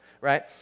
right